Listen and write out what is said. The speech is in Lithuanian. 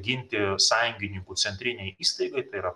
ginti sąjungininkų centrinei įstaigai tai yra